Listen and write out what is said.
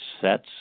sets